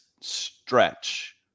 stretch